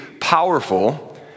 powerful